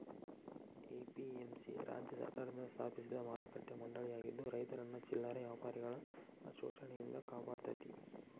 APMC ರಾಜ್ಯ ಸರ್ಕಾರದಿಂದ ಸ್ಥಾಪಿಸಿದ ಮಾರುಕಟ್ಟೆ ಮಂಡಳಿಯಾಗಿದ್ದು ರೈತರನ್ನ ಚಿಲ್ಲರೆ ವ್ಯಾಪಾರಿಗಳ ಶೋಷಣೆಯಿಂದ ಕಾಪಾಡತೇತಿ